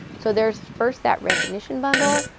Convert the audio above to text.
so, there's first that recognition bundle,